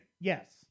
Yes